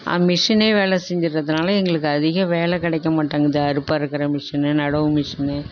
மிஷினே வேலை செஞ்சிடுறதுனால எங்களுக்கு அதிக வேலை கிடைக்கமாட்டேங்கிறது அறுப்பு அறுக்கிற மிஷினு நடவு மிஷினு